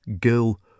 girl